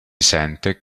sente